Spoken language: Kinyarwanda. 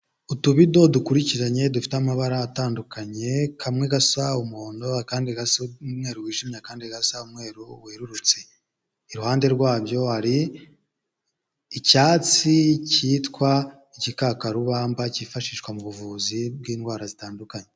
Utubido dukurikiranye dufite amabara atandukanye, kamwe gasa umuhondo akandi gasa umweru wijimye, akandi gasa umweru werurutse, iruhande rwabyo hari icyatsi cyitwa igikakarubamba cyifashishwa mu buvuzi bw'indwara zitandukanye.